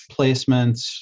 placements